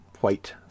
white